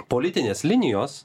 politinės linijos